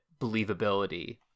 believability